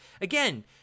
Again